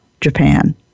Japan